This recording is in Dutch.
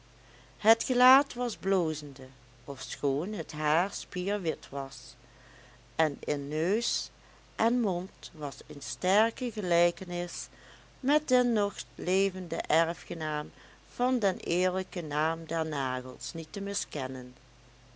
het gelaat was blozende ofschoon het haar spierwit was en in neus en mond was een sterke gelijkenis met den nog levenden erfgenaam van den eerlijken naam der nagels niet te miskennen